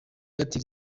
airtel